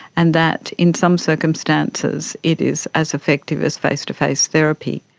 and that in some circumstances it is as effective as face-to-face therapy.